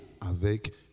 avec